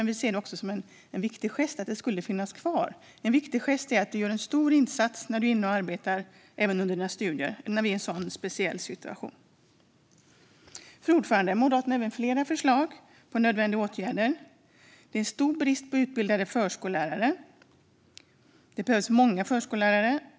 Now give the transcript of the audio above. Vi ser det som en viktig gest att det skulle finnas kvar - en gest för att du gör en stor insats när du är inne och arbetar även under dina studier när vi är i en så speciell situation. Fru talman! Moderaterna har fler förslag på nödvändiga a°tga ̈rder. Det ra°der stor brist pa° utbildade fo ̈rskolla ̈rare. Det behövs många förskollärare.